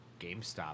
GameStop